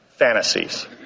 fantasies